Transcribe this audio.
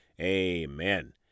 amen